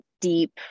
deep